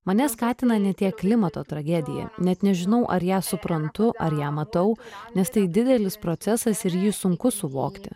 mane skatina ne tiek klimato tragedija net nežinau ar ją suprantu ar ją matau nes tai didelis procesas ir jį sunku suvokti